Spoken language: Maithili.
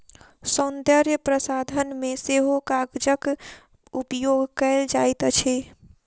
सौन्दर्य प्रसाधन मे सेहो कागजक उपयोग कएल जाइत अछि